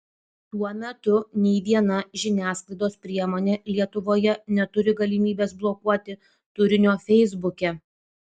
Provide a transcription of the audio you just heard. tuo metu nei viena žiniasklaidos priemonė lietuvoje neturi galimybės blokuoti turinio feisbuke